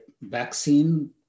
vaccine